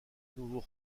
nouveau